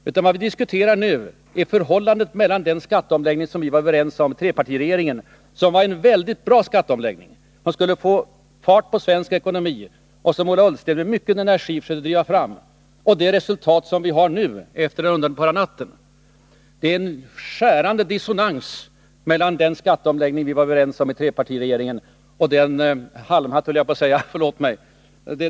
Vad vi nu diskuterar är förhållandet mellan den skatteomläggning som vi var överens om i trepartiregeringen, som var en väldigt bra skatteomläggning, som skulle få fart på svensk ekonomi och som Ola Ullsten med mycket energi försökte driva fram, och det resultat som vi nu kan konstatera efter ”den underbara natten”. Det är en/skärande dissonans mellan den skatteomläggning vi var överens om i trepartiregeringen och — den halmhatt, höll jag på att säga, förlåt mig!